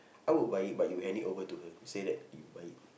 I would buy it but you hand it over to her say that you buy it